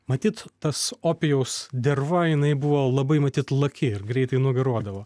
matyt tas opijaus derva jinai buvo labai matyt laki ir greitai nugaruodavo